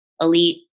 elite